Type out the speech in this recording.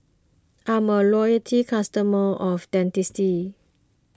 I'm a loyalty customer of Dentiste